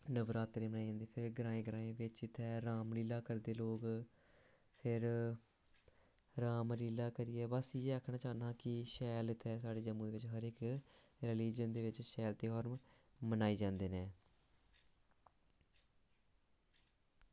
नवरात्रें मनाए जंदे फिर ग्राएं बिच्च इत्थै रामलीला करदे लोग फिर रामलीला करियै बस इ'यै आक्खना कि शैल इत्थै साढ़े जम्मू दे बिच्च हर इख रीलिज़न दे बिच्च शैल ध्यार मनाए जंदे न